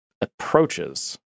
approaches